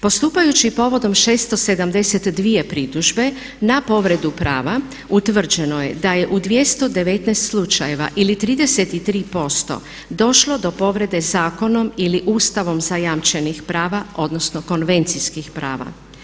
Postupajući povodom 672 pritužbe na povredu prava utvrđeno je da je u 219 slučajeva ili 33% došlo do povrede zakonom ili Ustavom zajamčenih prava, odnosno konvencijskih prava.